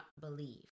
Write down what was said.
believe